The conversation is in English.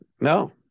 No